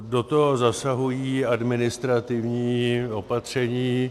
Do toho zasahují administrativní opatření.